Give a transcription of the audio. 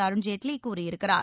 அருண்ஜேட்லி கூறியிருக்கிறார்